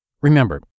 Remember